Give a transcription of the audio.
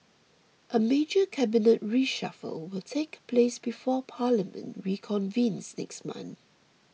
a major Cabinet reshuffle will take place before Parliament reconvenes next month